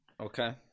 Okay